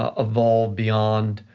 ah evolve beyond